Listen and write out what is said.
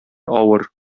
авыр